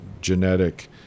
genetic